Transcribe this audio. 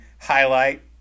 highlight